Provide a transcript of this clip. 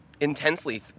intensely